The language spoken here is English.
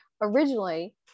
originally